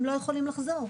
הם לא יכולים לחזור,